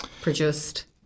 produced